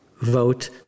vote